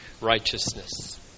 righteousness